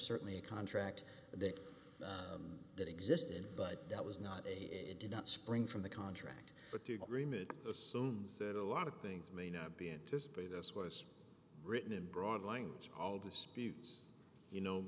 certainly a contract there that existed but that was not a it did not spring from the contract but the agreement assumes that a lot of things may not be anticipated this was written in broad language all disputes you know